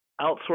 outsource